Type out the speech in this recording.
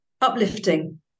uplifting